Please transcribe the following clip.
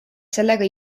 sellega